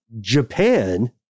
Japan